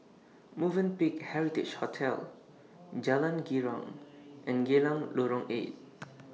Movenpick Heritage Hotel Jalan Girang and Geylang Lorong eight